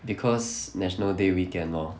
because national day weekend lor